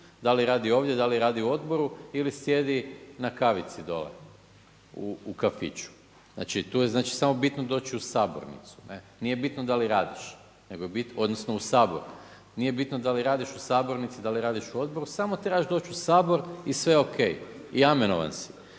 da li radi ovdje, da li radi u odboru ili sjedi na kavici dole u kafiću. Znači to je samo bitno doći u sabornicu, nije bitno da li radiš odnosno u Sabor, nije bitno da li radiš u sabornici, da li radiš u odboru samo trebaš doći u Sabor i sve o.k. i amenovan si.